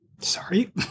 Sorry